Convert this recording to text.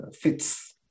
fits